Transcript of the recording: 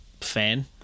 fan